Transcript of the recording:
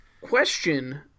Question